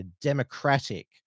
Democratic